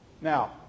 Now